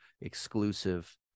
exclusive